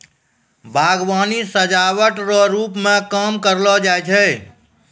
बागवानी सजाबट रो रुप मे काम करलो जाय छै